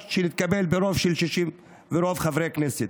שהתקבל ברוב של 60 ורוב של חברי כנסת.